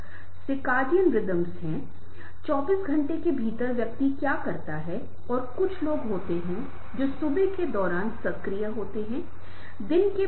तो आप देखते हैं कि मैं आपको दो वाक्य दूंगा और आप पाते हैं कि सभी हालांकि वे समान दिखते हैं